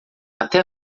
até